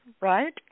Right